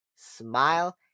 smile